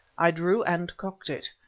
i drew and cocked it.